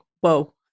Whoa